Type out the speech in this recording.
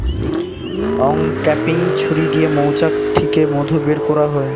uncapping ছুরি দিয়ে মৌচাক থিকে মধু বের কোরা হয়